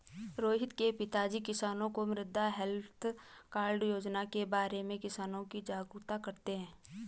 रोहित के पिताजी किसानों को मृदा हैल्थ कार्ड योजना के बारे में किसानों को जागरूक करते हैं